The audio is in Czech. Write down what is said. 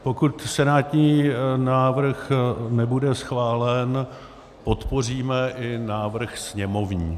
Pokud senátní návrh nebude schválen, podpoříme i návrh sněmovní.